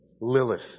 lilith